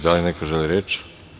Da li neko želi reč?